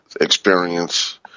experience